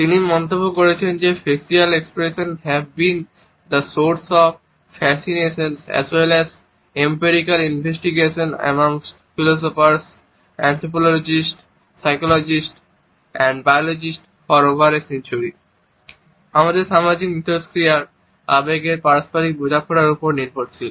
যিনি মন্তব্য করেছেন যে facial expressions have been the source of fascination as well as empirical investigation amongst philosophers anthropologist psychologist and biologist for over a century" আমাদের সামাজিক interaction আবেগের পারস্পরিক বোঝাপড়ার উপর নির্ভরশীল